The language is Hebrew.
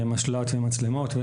למשל"ט ומצלמות,